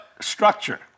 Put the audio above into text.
structure